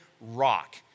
rock